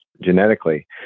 genetically